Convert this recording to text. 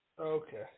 Okay